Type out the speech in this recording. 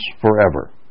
forever